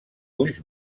ulls